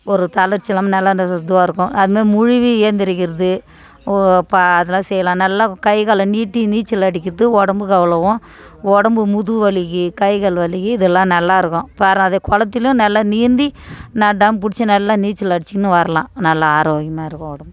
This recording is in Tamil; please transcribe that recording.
ஒரு தளர்ச்சி இல்லாமல் நல்லா இந்த இதுவாக இருக்கும் அதுமாதிரி முழுகி ஏந்திரிக்கிறது ஓ பா அதெல்லாம் செய்யலாம் நல்லா கை கால நீட்டி நீச்சல் அடிக்கிறது உடம்புக்கு அவ்வளோவும் உடம்பு முதுகு வலிக்கு கைக்கால் வலிக்கு இதெல்லாம் நல்லா இருக்கும் பாரேன் அதே குளத்துலையும் நல்லா நீந்தி நான் தம் பிடிச்சி நல்லா நீச்சல் அடிச்சிக்கின்னு வரலாம் நல்லா ஆரோக்கியமாக இருக்கும் உடம்பு